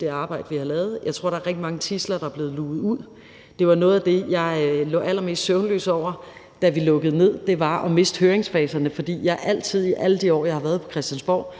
det arbejde, vi har lavet, helt vildt. Jeg tror, at der er rigtig mange tidsler, der er blevet luget ud. Det var noget af det, jeg lå allermest søvnløs over, da vi lukkede ned, nemlig at miste høringsfaserne, fordi jeg i alle de år, jeg har været på Christiansborg,